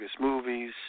movies